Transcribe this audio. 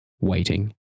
waiting